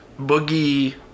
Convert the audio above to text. Boogie